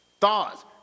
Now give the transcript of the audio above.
thoughts